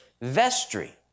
vestry